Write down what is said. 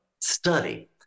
Study